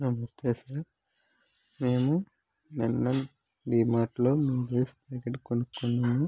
నమస్తే సార్ మేము నిన్న డిమార్ట్లో లేస్ ప్యాకెట్ కొనుక్కున్నాము